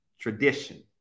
tradition